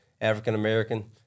African-American